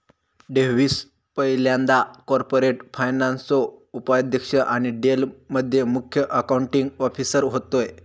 Davis पयल्यांदा corporate फायनान्सचो उपाध्यक्ष आणि डेल मध्ये मुख्य अकाउंटींग ऑफिसर होते